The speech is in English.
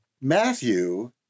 Matthew